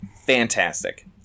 fantastic